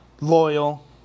loyal